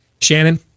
Shannon